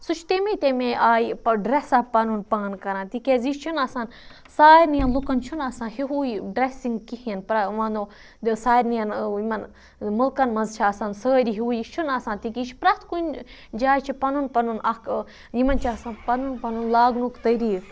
سُہ چھُ تمے تمے آیہِ پَتہٕ ڈریٚس اَپ پَنُن پان کَران تکیاز یہِ چھُ نہٕ آسان سارنِیَن لُکَن چھُ نہٕ آسان ہِوے ڈریٚسِنٛگ کِہینۍ وَنو سارنِیَن یِمَن مُلکَن مَنٛز چھِ آسان سٲری ہِوُے یہِ چھُنہٕ آسان تہِ کینٛہہ یہِ چھُ پرٮ۪تھ کُنہِ جایہِ چھُ پَنُن پَنُن اکھ یِمَن چھُ آسان پَنُن پَنُن لاگنُک طٔریقہٕ